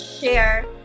share